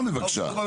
58, בבקשה.